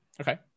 Okay